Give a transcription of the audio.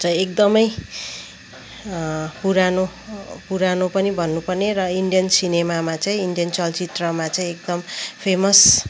चाहिँ एकदमै पुरानो पुरानो पनि भन्नुपर्ने र इन्डियन सिनेमामा चैँ इन्डियन चलचित्रमा चाहिँ एकदम फेमस